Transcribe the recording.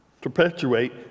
perpetuate